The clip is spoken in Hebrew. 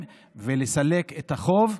ולסלק את החוב.